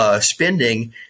spending